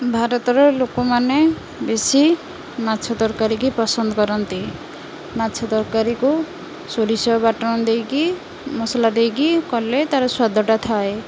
ଭାରତର ଲୋକମାନେ ବେଶୀ ମାଛ ତରକାରୀକି ପସନ୍ଦ କରନ୍ତି ମାଛ ତରକାରୀକୁ ସୋରିଷ ବାଟଣ ଦେଇକି ମସଲା ଦେଇକି କଲେ ତାର ସ୍ୱାଦଟା ଥାଏ